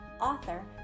author